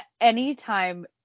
anytime